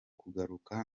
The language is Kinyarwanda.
kugaruka